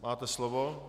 Máte slovo.